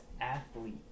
athlete